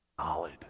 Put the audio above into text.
solid